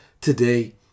today